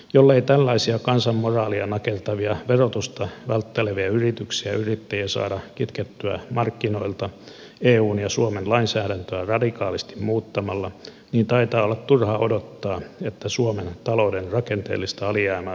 jollei tällaisia kansan moraalia nakertavia verotusta vältteleviä yrityksiä ja yrittäjiä saada kitkettyä markkinoilta eun ja suomen lainsäädäntöä radikaalisti muuttamalla taitaa olla turha odottaa että suomen talouden rakenteellista alijäämää saataisiin lähitulevaisuudessa oikaistua